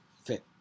fit